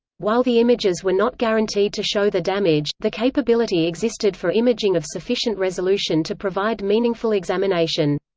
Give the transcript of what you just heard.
while the images were not guaranteed to show the damage, the capability existed for imaging of sufficient resolution to provide meaningful examination.